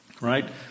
right